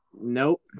nope